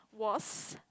was